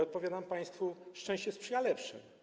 Odpowiadam państwu: szczęście sprzyja lepszym.